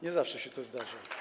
Nie zawsze się to zdarza.